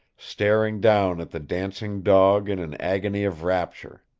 staring down at the dancing dog in an agony of rapture.